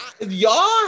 Y'all